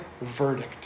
verdict